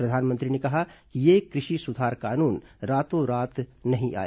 प्रधानमंत्री ने कहा कि ये कृषि सुधार कानून रातों रात नहीं आए